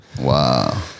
Wow